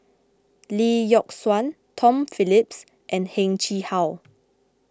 Lee Yock Suan Tom Phillips and Heng Chee How